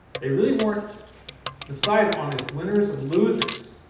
they really weren't decided on as winners and losers,